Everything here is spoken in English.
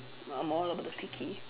I'm all about the quickie